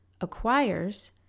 acquires